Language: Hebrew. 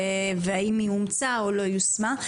האם היא אומצה או לא יושמה.